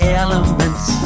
elements